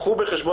קחו בחשבון,